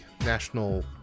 National